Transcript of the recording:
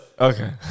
Okay